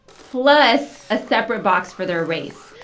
plus a separate box for their race.